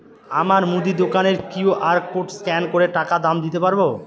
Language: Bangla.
আমার মুদি দোকানের কিউ.আর কোড স্ক্যান করে টাকা দাম দিতে পারব?